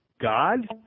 God